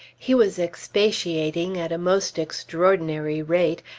he was expatiating at a most extraordinary rate,